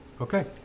Okay